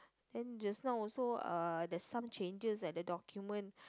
then just now also uh there's some changes at the document